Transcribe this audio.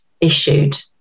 issued